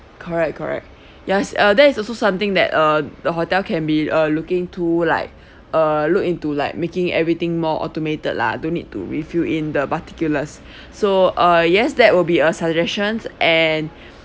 correct correct yes uh that is also something that uh the hotel can be uh looking to like uh look into like making everything more automated lah don't need to refill in the particulars so uh yes that will be a suggestions and